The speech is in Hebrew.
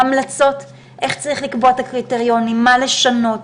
המלצות, איך צריך לקבוע את הקריטריונים, מה לשנות,